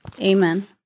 Amen